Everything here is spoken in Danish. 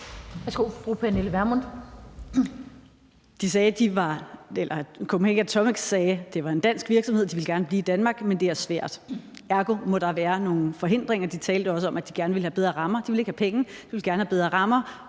til fru Pernille Vermund,